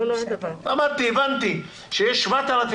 הבנתי שיש 7,500